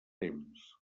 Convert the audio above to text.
temps